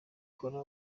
kora